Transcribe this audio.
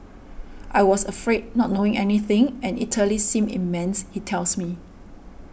I was afraid not knowing anything and Italy seemed immense he tells me